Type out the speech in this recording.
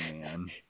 man